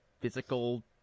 physical